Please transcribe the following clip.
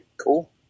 Cool